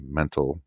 mental